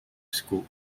school